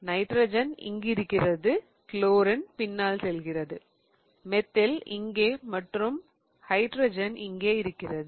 nitrogen இங்கு இருக்கிறது chlorine பின்னால் செல்கிறது மெத்தில் இங்கே மற்றும் ஹைட்ரஜன் இங்கே இருக்கிறது